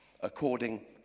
according